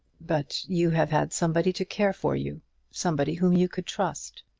but you have had somebody to care for you somebody whom you could trust.